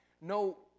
no